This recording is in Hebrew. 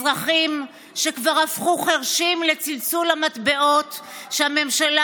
אזרחים שכבר הפכו חירשים לצלצול המטבעות שהממשלה